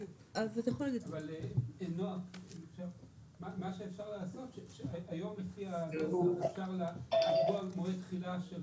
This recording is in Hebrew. מה שאפשר לעשות שהיום התחילה לקבוע מועד תחילה שהוא